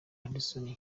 hudson